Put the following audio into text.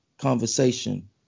conversation